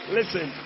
Listen